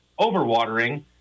overwatering